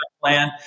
plan